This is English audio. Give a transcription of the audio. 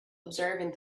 observing